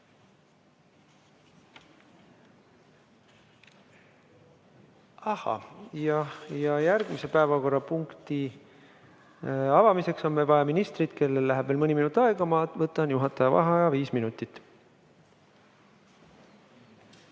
Järgmise päevakorrapunkti avamiseks on meil vaja ministrit, kellel läheb veel mõni minut aega. Ma võtan juhataja vaheaja viis minutit.